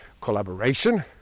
Collaboration